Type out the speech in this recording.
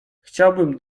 chciałbym